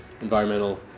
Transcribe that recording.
environmental